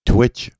Twitch